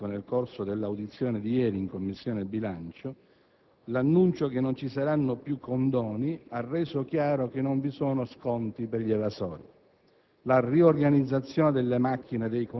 Come ricordato dal vice ministro Visco nel corso dell'audizione di ieri in Commissione bilancio, l'annuncio che non vi saranno più condoni ha reso chiaro che gli evasori